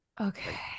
Okay